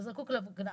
הוא זקוק להגנה.